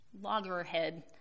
loggerhead